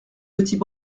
petits